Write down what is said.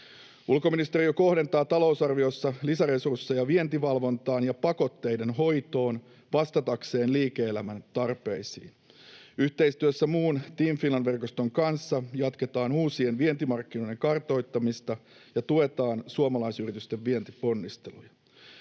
Ulkoministeriö kohdentaa talousarviossa lisäresursseja vientivalvontaan ja pakotteiden hoitoon vastatakseen liike-elämän tarpeisiin. Yhteistyössä muun Team Finland ‑verkoston kanssa jatketaan uusien vientimarkkinoiden kartoittamista ja tuetaan suomalaisyritysten vientiponnisteluja.